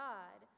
God